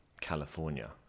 California